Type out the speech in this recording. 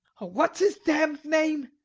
what's his damned name